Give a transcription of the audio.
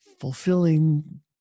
fulfilling